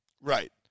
Right